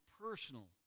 personal